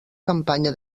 campanya